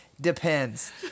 depends